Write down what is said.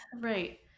right